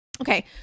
Okay